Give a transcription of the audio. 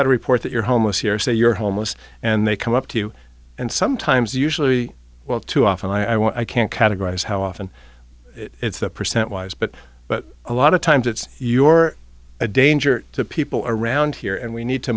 had a report that you're homeless here say you're homeless and they come up to you and sometimes usually well too often i won't i can't categorize how often it's the percent wise but but a lot of times it's your a danger to people around here and we need to